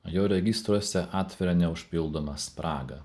jo registruose atveria neužpildomą spragą